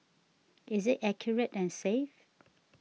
is it accurate and safe